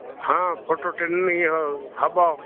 ହଁ ଫଟୋ ଇଏ ହେବ